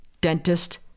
dentist